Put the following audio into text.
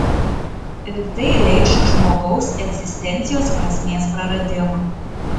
ir tai reikš žmogaus egzistencijos prasmės praradimą